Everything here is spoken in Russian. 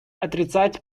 отрицать